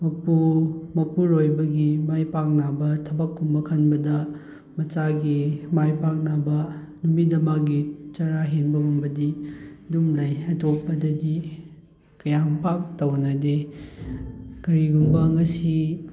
ꯃꯄꯨꯔꯣꯏꯕꯒꯤ ꯃꯥꯏ ꯄꯥꯛꯅꯕ ꯊꯕꯛꯀꯨꯝꯕ ꯈꯟꯕꯗ ꯃꯆꯥꯒꯤ ꯃꯥꯏ ꯄꯥꯛꯅꯕ ꯅꯨꯃꯤꯠ ꯑꯃꯒꯤ ꯆꯔꯥ ꯍꯦꯟꯕꯒꯨꯝꯕꯗꯤ ꯑꯗꯨꯝ ꯂꯩ ꯑꯇꯣꯞꯄꯗꯗꯤ ꯀꯌꯥꯝ ꯄꯥꯛ ꯇꯧꯅꯗꯦ ꯀꯔꯤꯒꯨꯝꯕ ꯉꯁꯤ